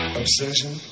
obsession